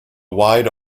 wide